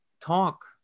talk